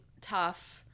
tough